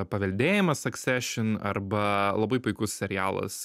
paveldėjimas saksešin arba labai puikus serialas